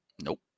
Nope